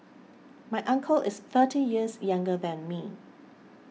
my uncle is thirty years younger than me